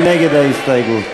מי נגד ההסתייגות?